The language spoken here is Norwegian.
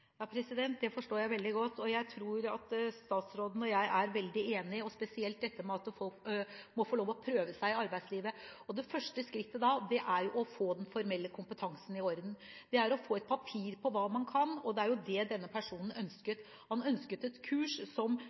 Det forstår jeg veldig godt. Jeg tror statsråden og jeg er veldig enige, spesielt om at folk må få lov til å prøve seg i arbeidslivet. Det første skrittet er å få den formelle kompetansen i orden, få et papir på hva man kan. Det var det denne personen ønsket. Han ønsket et kurs som